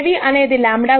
Aν అనేది λν